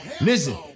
Listen